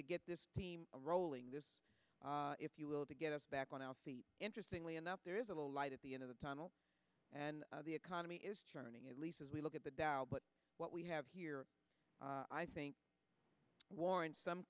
to get this team rolling this if you will to get us back on out the interesting way enough there is a little light at the end of the tunnel and the economy is turning at least as we look at the dow but what we have here i think warrants some